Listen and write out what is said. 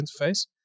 interface